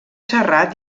serrat